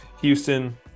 Houston